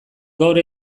gaur